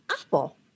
Apple